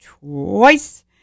twice